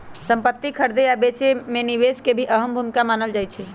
संपति खरीदे आ बेचे मे निवेश के भी अहम भूमिका मानल जाई छई